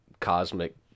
cosmic